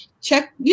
Check